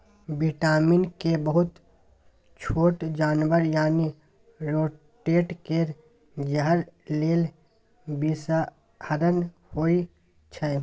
vitamin K बहुत छोट जानबर यानी रोडेंट केर जहर लेल बिषहरण होइ छै